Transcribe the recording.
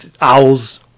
owls